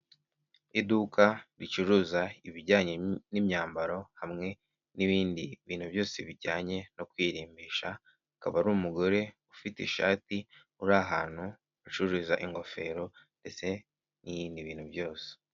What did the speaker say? Iduka ricuruza ibijyanye n'imyambaro hamwe n'ibindi bintu byose bijyanye no kwirimbisha akaba ari umugore ufite ishati uri ahantu hacururiza ingofero ndetse n'indi ibintu byose.